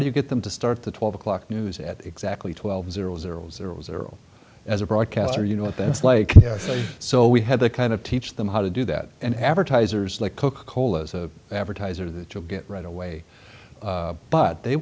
do you get them to start the twelve o'clock news at exactly twelve zero zero zero zero as a broadcaster you know what that's like so we had the kind of teach them how to do that and advertisers like coca cola advertiser that you'll get right away but they